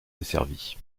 desservi